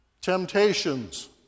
Temptations